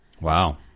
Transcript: Wow